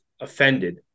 offended